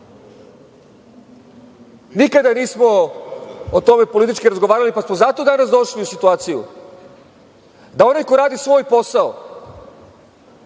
toga. Nikada nismo o tome politički razgovarali, pa smo zato danas došli u situaciju da onaj ko radi svoj posao,